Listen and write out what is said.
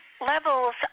levels